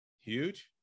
huge